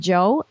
Joe